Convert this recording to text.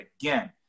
again